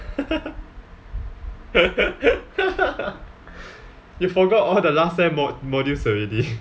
you forgot all the last sem mod~ modules already